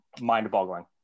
mind-boggling